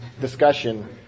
discussion